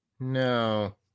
No